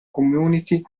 community